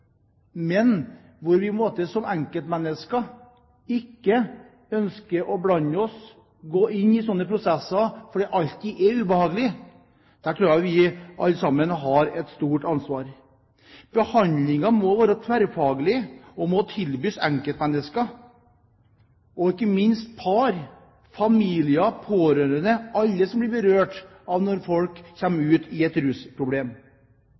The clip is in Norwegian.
men på en måte ønsker vi ikke som enkeltmennesker å blande oss inn og gå inn i slike prosesser, fordi det alltid er ubehagelig. Der tror jeg vi alle sammen har et stort ansvar. Behandlingen må være tverrfaglig og må tilbys enkeltmennesker, og ikke minst par, familier, pårørende – alle som blir berørt når folk kommer ut i et rusproblem.